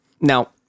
Now